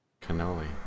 Cannoli